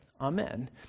Amen